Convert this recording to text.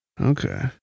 Okay